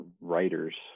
writers